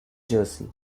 jersey